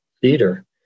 theater